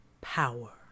power